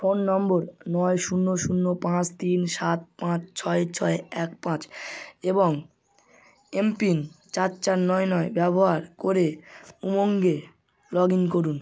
phone number নয় শূন্য শূন্য পাঁচ তিন সাত পাঁচ ছয় ছয় এক পাঁচ এবং এমপিন চার চার নয় নয় ব্যবহার করে উমঙ্গে লগ ইন করুন